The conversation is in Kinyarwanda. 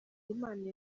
imana